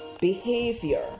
behavior